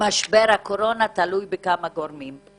משבר הקורונה, תלוי בכמה גורמים.